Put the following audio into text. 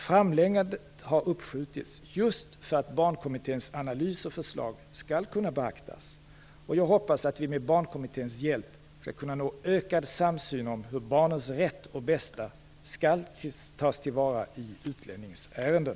Framläggandet har uppskjutits just för att Barnkommitténs analys och förslag skall kunna beaktas. Jag hoppas att vi med Barnkommitténs hjälp skall kunna nå ökad samsyn om hur barnens rätt och bästa skall tas till vara i utlänningsärenden.